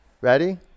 Ready